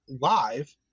live